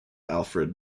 alfred